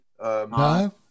No